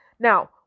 Now